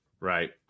Right